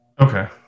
Okay